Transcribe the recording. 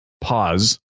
pause